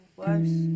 worse